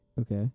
Okay